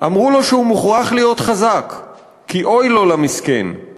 אמרו לו שהוא מוכרח להיות חזק / כי אוי לו למסכן /